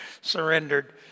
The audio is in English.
Surrendered